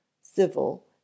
civil